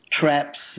traps